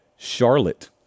Charlotte